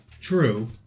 True